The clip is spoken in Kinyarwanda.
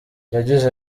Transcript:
yagize